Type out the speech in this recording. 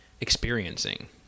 experiencing